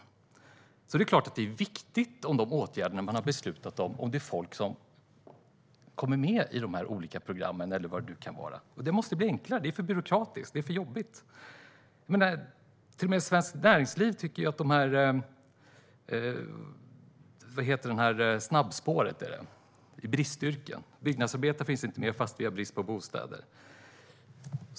Därför är det klart att det är viktigt, när det gäller de åtgärder som man har beslutat om, att folk kommer med i dessa olika program eller vad det nu kan vara. Det måste bli enklare. Det är för byråkratiskt och för jobbigt. Till och med Svenskt Näringsliv tycker att snabbspåret för bristyrken är ett för stelbent system som skapar stora problem i näringslivet.